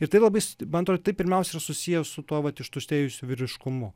ir tai labai man atrodo tai pirmiausia yra susiję su tuo vat ištuštėjusiu vyriškumu